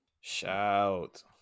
Shout